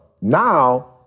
now